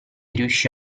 riuscì